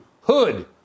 Hood